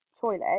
toilet